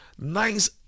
nice